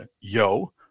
Yo